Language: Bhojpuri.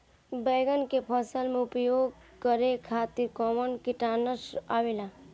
बैंगन के फसल में उपयोग करे खातिर कउन कीटनाशक आवेला?